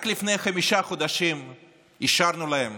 רק לפני חמישה חודשים השארנו להם,